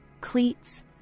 cleats